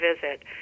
visit